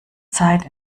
zeit